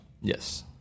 Yes